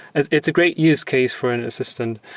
and it's a great use case for an assistant.